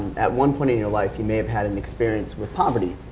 at one point in your life you may have had an experience with poverty.